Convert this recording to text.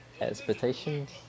expectations